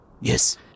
Yes